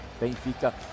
Benfica